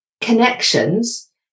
connections